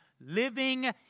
living